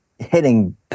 hitting